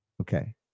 Okay